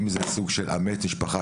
אם זה סוג של לאמץ משפחה,